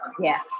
Yes